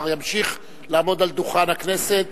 השר ימשיך לעמוד על דוכן הכנסת,